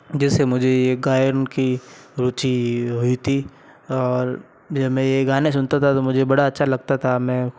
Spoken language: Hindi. जिससे मुझे ये गायन की रुची हुई थी और जब मैं ये गाना सुनता था तब मुझे बड़ा अच्छा लगता था मैं